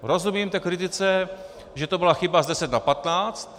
Rozumím té kritice, že to byla chyba z 10 na 15.